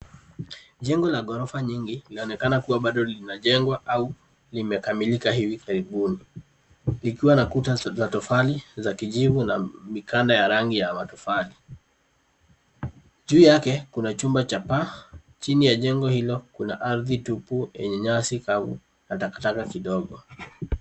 Jengo la ghorofa nyingi linaoneka kama bado linajengwa au limekamilika hivi karibuni likiwa na kuta za tofali, za kijivu na mikanda ya rangi ya matofali. Juu yake, kuna chumba cha paa. Chini ya jengo hilo kuna ardhi tupu yenye nyasi kavu na takataka kidogo.